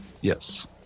Yes